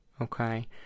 Okay